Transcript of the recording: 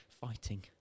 fighting